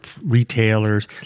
retailers